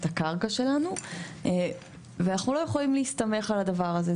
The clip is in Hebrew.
הקרקע שלנו ואנחנו לא יכולים להסתמך על הדבר הזה.